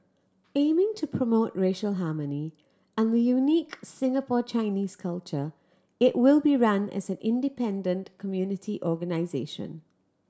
aiming to promote racial harmony and the unique Singapore Chinese culture it will be run as an independent community organisation